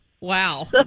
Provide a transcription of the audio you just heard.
Wow